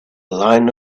line